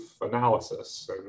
analysis